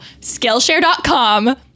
skillshare.com